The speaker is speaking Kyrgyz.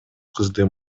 кызды